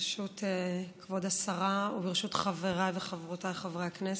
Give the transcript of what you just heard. ברשות כבוד השרה וברשות חבריי וחברותיי חברי הכנסת,